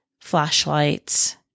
flashlights